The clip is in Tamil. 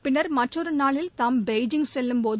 பின்னா் மற்றொருநாளில் தாம் பெய்ஜிங் செல்லும்போது